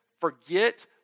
forget